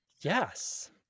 Yes